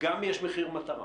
יש מחיר מטרה